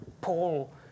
Paul